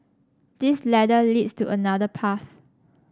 this ladder leads to another path